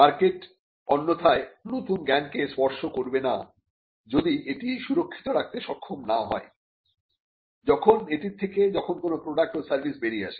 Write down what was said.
market অন্যথায় নতুন জ্ঞানকে স্পর্শ করবে না যদি এটি সুরক্ষিত রাখতে সক্ষম না হয় যখন এটি থেকে যখন কোন প্রোডাক্ট ও সার্ভিস বেরিয়ে আসে